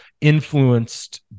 influenced